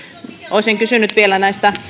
olisin kysynyt vielä näistä